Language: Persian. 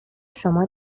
شما